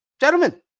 gentlemen